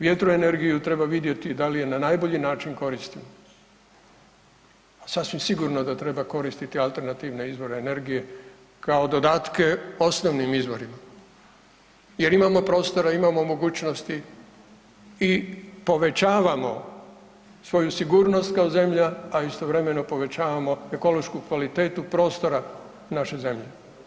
Vjetroenergiju treba vidjeti da li je na najbolji način koristimo, a sasvim sigurno da treba koristiti alternativne izvore energije kao dodatke osnovnim izvorima jer imamo prostora, imamo mogućnosti i povećavamo svoju sigurnost kao zemlja, a istovremeno povećavamo ekološku kvalitetu prostora u našoj zemlji.